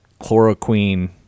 chloroquine